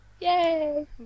Yay